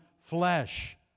flesh